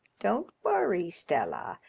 don't worry, stella.